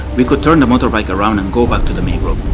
we could turn the motorbike around and go back to the main road.